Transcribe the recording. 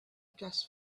gas